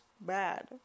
bad